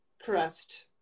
crust